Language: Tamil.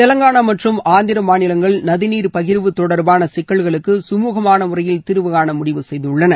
தெலங்கானா மற்றும் ஆந்திர மாநிலங்கள் நதிநீர் பகிர்வு தொடர்பான சிக்கல்களுக்கு கழுகமான முறையில் தீர்வு காண முடிவு செய்துள்ளன